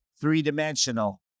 three-dimensional